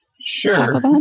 Sure